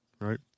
Right